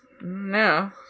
No